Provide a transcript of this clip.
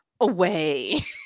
away